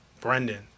Brendan